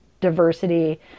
diversity